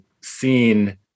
seen